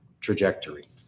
trajectory